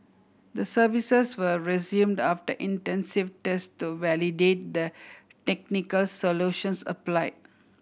the services were resumed after intensive test to validate the technical solutions applied